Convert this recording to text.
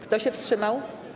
Kto się wstrzymał?